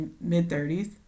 mid-30s